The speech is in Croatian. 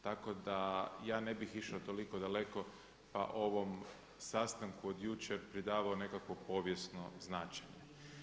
Tako da ja ne bih išao toliko daleko pa ovom sastanku od jučer pridavao nekakvo povijesno značenje.